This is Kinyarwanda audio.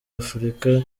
afurika